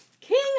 King